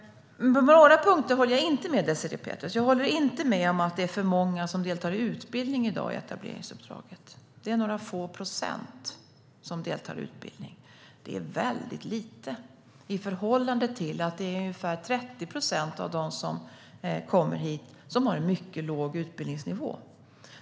På några punkter håller jag inte med Désirée Pethrus. Jag håller inte med om att det är för många som deltar i utbildning i dag i etableringsuppdraget. Det är några få procent som deltar i utbildning. Det är väldigt lite i förhållande till att det är ungefär 30 procent av dem som kommer hit som har en mycket låg utbildningsnivå.